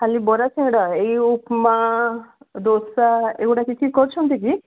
ଖାଲି ବରା ସିଙ୍ଗେଡା ଏଇ ଉପମା ଦୋସା ଏଗୁଡ଼ା କିଛି କରୁଛନ୍ତି କି